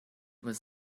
was